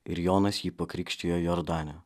ir jonas jį pakrikštijo jordane